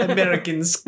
Americans